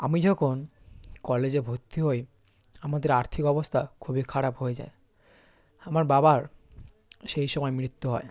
আমি যখন কলেজে ভর্তি হই আমাদের আর্থিক অবস্থা খুবই খারাপ হয়ে যায় আমার বাবার সেই সময় মৃত্যু হয়